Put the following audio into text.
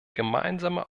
gemeinsame